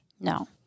No